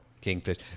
Kingfish